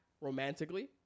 romantically